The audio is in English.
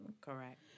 Correct